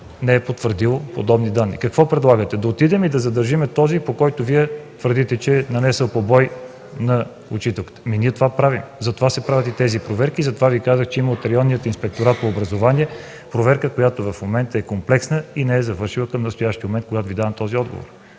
не са потвърдили подобни данни. Какво предлагате? Да отидем и да задържим този, който Вие твърдите, че е нанесъл побой на учителката?! Ние това правим, затова се правят и тези проверки. Затова Ви казах, че от Районния инспекторат по образованието има проверка, която е комплексна и не е завършила към настоящия момент, когато Ви давам този отговор.